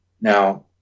Now